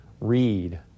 read